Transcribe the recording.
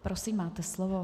Prosím, máte slovo.